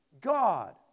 God